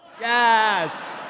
Yes